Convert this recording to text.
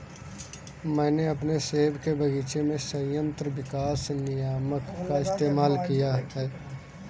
मैंने अपने सेब के बगीचे में संयंत्र विकास नियामक का इस्तेमाल किया है